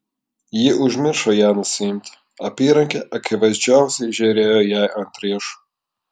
ji užmiršo ją nusiimti apyrankė akivaizdžiausiai žėrėjo jai ant riešo